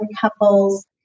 couples